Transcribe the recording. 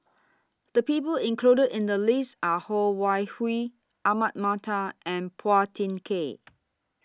The People included in The list Are Ho Wan Hui Ahmad Mattar and Phua Thin Kiay